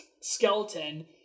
skeleton